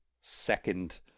second